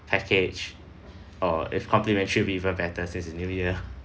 package or if complimentary will be even better since it's new year